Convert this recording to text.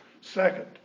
Second